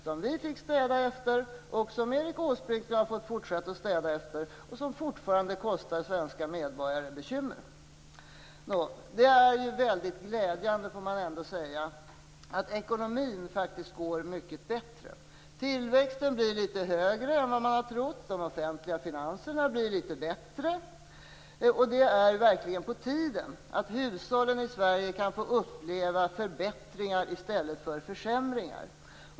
Det har vi fått städa efter, det har Erik Åsbrink fått fortsätta att städa efter och det orsakar fortfarande svenska medborgare bekymmer. Det är väldigt glädjande att ekonomin faktiskt går mycket bättre. Tillväxten blir litet högre, och de offentliga finanserna blir litet bättre än vad man tidigare trott. Det är verkligen på tiden att hushållen i Sverige kan få uppleva förbättringar i stället för försämringar.